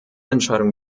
entscheidung